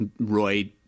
Roy